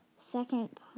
Second